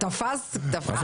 תפס תפס.